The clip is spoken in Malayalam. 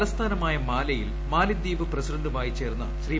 തലസ്ഥാനമായ മാലെയിൽ മാലിദ്വീപ് പ്രസിഡന്റുമായി ചേർന്ന് ശ്രീ